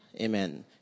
Amen